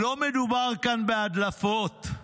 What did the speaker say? לא מדובר כאן בהדלפות,